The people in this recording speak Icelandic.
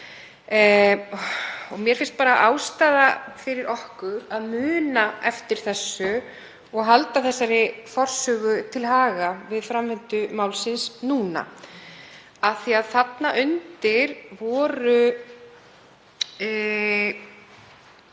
Mér finnst bara ástæða fyrir okkur að muna eftir þessu og halda þessari forsögu til haga við framvindu málsins núna. Þarna undir voru